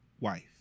wife